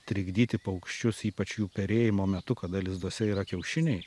trikdyti paukščius ypač jų perėjimo metu kada lizduose yra kiaušiniai